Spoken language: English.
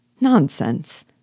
Nonsense